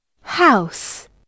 house